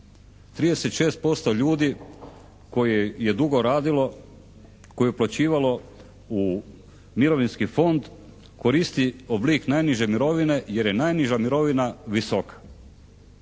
36% ljudi koje je dugo radilo, koje je uplaćivalo u mirovinski fond koristi oblik najniže mirovine jer je najniža mirovina visoka.